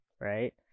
right